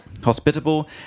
Hospitable